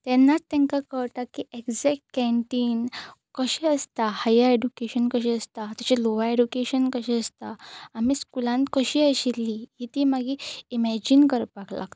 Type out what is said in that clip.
तेन्नाच तेंकां कळटा की ऍग्जॅक्ट कॅन्टीन कशें आसता हायर ऍडुकेशन कशें आसता तशें लोवर ऍडुकेशन कशें आसता आमी स्कुलान कशीं आशिल्ली ही तीं मागीर इमेजीन करपाक लागता